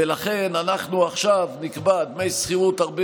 ולכן אנחנו עכשיו נקבע דמי שכירות הרבה